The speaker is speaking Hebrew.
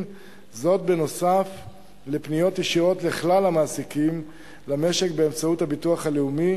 זאת בנוסף לפניות ישירות לכלל המעסיקים במשק באמצעות הביטוח הלאומי.